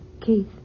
Keith